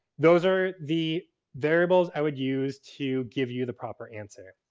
those are the variables i would use to give you the proper answer.